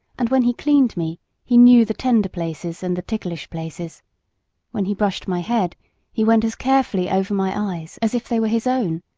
and when he cleaned me he knew the tender places and the ticklish places when he brushed my head he went as carefully over my eyes as if they were his own,